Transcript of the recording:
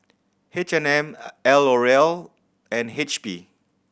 H and M L'Oreal and H P